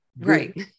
Right